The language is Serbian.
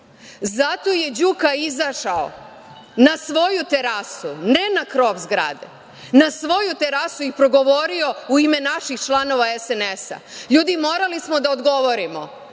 zato je Đuka izašao na svoju terasu, ne na krov zgrade, na svoju terasu i progovorio u ime naših članova SNS.Ljudi, morali smo da odgovorimo,